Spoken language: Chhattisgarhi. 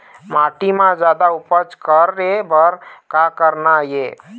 माटी म जादा उपज करे बर का करना ये?